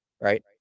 right